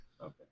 okay